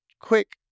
Quick